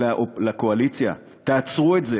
לקואליציה: תעצרו את זה,